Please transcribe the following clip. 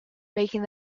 making